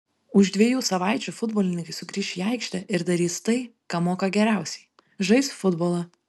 už dviejų savaičių futbolininkai sugrįš į aikštę ir darys tai ką moka geriausiai žais futbolą